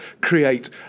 create